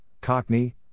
cockney